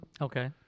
Okay